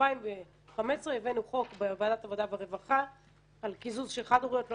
ב-2015 הבאנו חוק בוועדת העבודה והרווחה על קיזוז של חד-הוריות לא